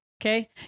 okay